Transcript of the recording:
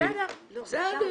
בסדר, הבנתי.